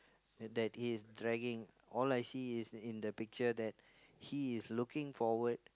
that he is dragging all I see is in the picture that he is looking forward